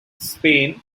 spain